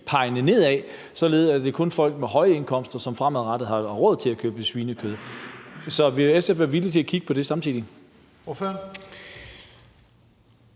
pege nedad, således at det kun er folk med høje indkomster, som fremadrettet har råd til at købe svinekød. Så vil SF være villig til at kigge på det samtidig?